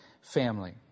family